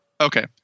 Okay